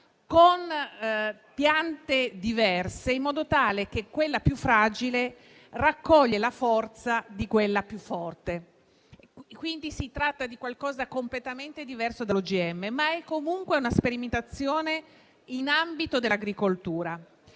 con piante diverse, in modo tale che quella più fragile raccoglie la forza di quella più forte. Quindi, si tratta di qualcosa di completamente diverso dall'OGM, ma è comunque una sperimentazione in ambito agricolo.